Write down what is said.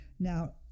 Now